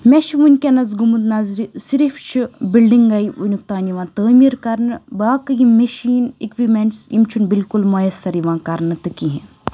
مےٚ چھُ وٕنکیٚنَس گوٚمُت نظرِ صرف چھِ بِلڈِنٛگَے وٕنیُک تانۍ یِوان تعمیٖر کَرنہٕ باقٕے یِم مِشیٖن اِکوِپمیٚنٛٹٕس یِم چھُ نہٕ بِلکُل موٚیَسَر یِوان کَرنہٕ تہٕ کِہیٖنۍ